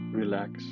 relax